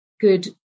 good